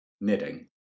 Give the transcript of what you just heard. knitting